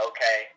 Okay